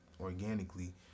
organically